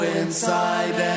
inside